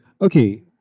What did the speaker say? Okay